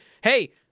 hey